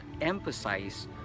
emphasize